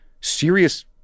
serious